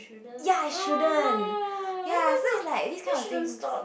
ya I shouldn't ya so it's like this kind of thing